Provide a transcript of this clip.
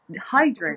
hydrate